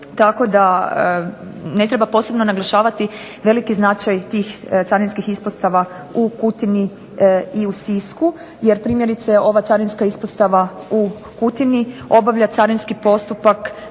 tako da ne treba posebno naglašavati veliki značaj tih carinskih ispostava u Kutini i u Sisku. Jer primjerice ova carinska ispostava u Kutini obavlja carinski postupak